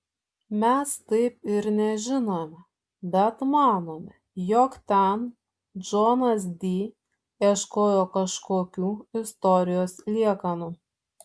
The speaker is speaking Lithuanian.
mes taip ir nežinome bet manome jog ten džonas di ieškojo kažkokių istorijos liekanų